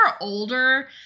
older